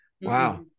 wow